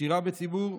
שירה בציבור,